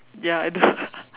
ya I know